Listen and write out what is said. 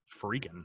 Freaking